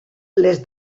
les